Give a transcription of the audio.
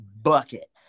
bucket